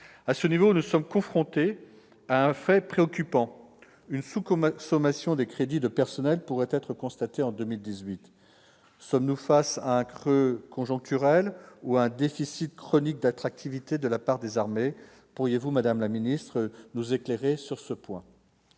À ce niveau, nous sommes confrontés à un fait préoccupant : une sous-consommation des crédits de personnel pourrait être constatée en 2018. Sommes-nous face à un creux conjoncturel ou à un déficit chronique d'attractivité de la part des armées ? Pourriez-vous, madame la ministre, nous éclairer sur ce point ?